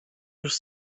już